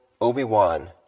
Obi-Wan